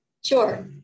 Sure